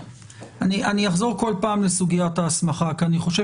אני אחזור כל פעם לסוגיית ההסמכה כי אני חושב